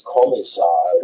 Commissar